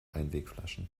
einwegflaschen